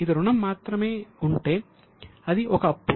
అది రుణం మాత్రమే ఉంటే అది ఒక అప్పు